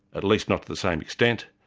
at least not to the same extent,